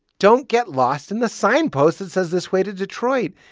don't get lost in the signpost that says this way to detroit.